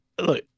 look